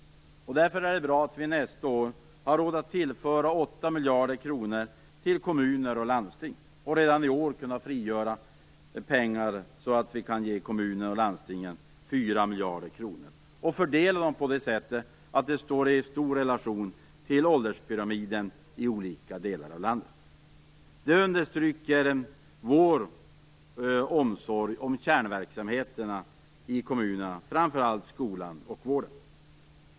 Därför är det bra att vi nästa år har råd att tillföra 8 miljarder kronor till kommuner och landsting och redan i år kunna frigöra pengar så att vi kan ge kommuner och landsting 4 miljarder kronor och fördela dem på ett sådant sätt att det står i relation till ålderspyramiden i olika delar av landet. Det understryker vår omsorg om kärnverksamheterna i kommunerna, framför allt skolan och vården.